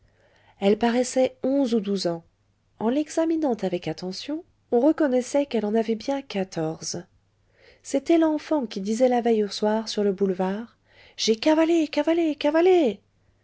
elle paraissait onze ou douze ans en l'examinant avec attention on reconnaissait qu'elle en avait bien quatorze c'était l'enfant qui disait la veille au soir sur le boulevard j'ai cavalé cavalé cavalé